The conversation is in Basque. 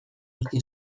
utzi